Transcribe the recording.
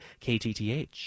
KTTH